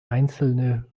einzelne